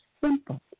simple